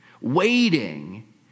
waiting